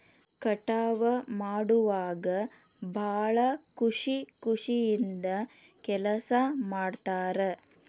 ಕಟಾವ ಮಾಡುವಾಗ ಭಾಳ ಖುಷಿ ಖುಷಿಯಿಂದ ಕೆಲಸಾ ಮಾಡ್ತಾರ